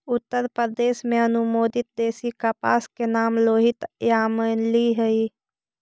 उत्तरप्रदेश में अनुमोदित देशी कपास के नाम लोहित यामली हई